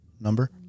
Number